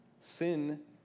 Sin